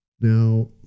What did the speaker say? Now